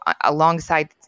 alongside